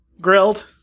Grilled